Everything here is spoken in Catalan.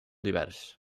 divers